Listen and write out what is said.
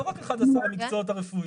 לא רק 11 המקצועות הרפואיים.